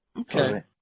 Okay